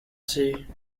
see